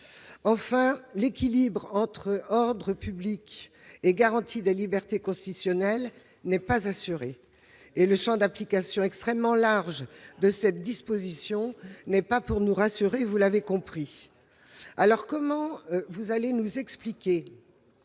Enfin, l'équilibre entre ordre public et garantie des libertés constitutionnelles n'est pas assuré. Le champ d'application extrêmement large de cette disposition n'est pas pour nous rassurer, vous l'aurez compris. Comment expliquerez-vous qu'une